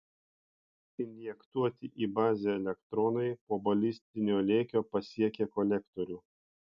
injektuoti į bazę elektronai po balistinio lėkio pasiekia kolektorių